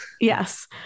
yes